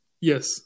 Yes